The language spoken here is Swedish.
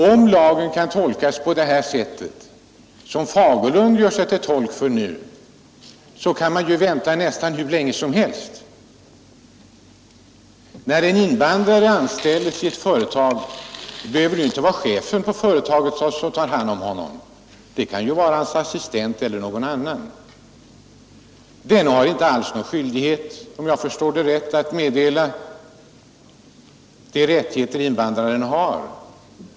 Om lagen kan tolkas som herr Fagerlund gör, då kan man ju vänta nästan hur länge som helst. När en invandrare anställs i ett företag behöver det inte vara chefen för företaget som tar hand om honom; det kan vara hans assistent eller någon annan. Denne har, om jag har förstått det rätt, inte alls någon skyldighet att meddela invandraren de rättigheter han har.